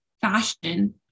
fashion